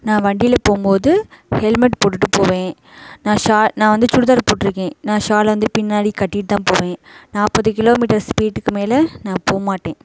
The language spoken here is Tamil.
நான் வண்டியில் போகும்மோது ஹெல்மெட் போட்டுட்டு போவேன் நான் ஷா நான் வந்து சுடிதார் போட்டுருக்கேன் நான் ஷாலை வந்து பின்னாடி கட்டிட்டு தான் போவேன் நாற்பது கிலோமீட்டர் ஸ்பீடுக்கு மேல் நான் போக மாட்டேன்